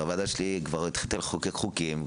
הרי הוועדה שלי כבר התחילה לחוקק חוקים,